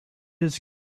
his